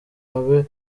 abe